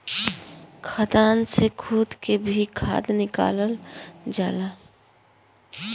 खदान से खोद के भी खाद निकालल जाला